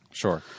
Sure